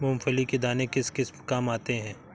मूंगफली के दाने किस किस काम आते हैं?